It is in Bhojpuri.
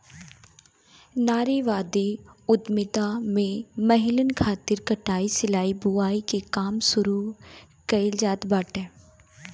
नारीवादी उद्यमिता में महिलन खातिर कटाई, सिलाई, बुनाई के काम शुरू कईल जात बाटे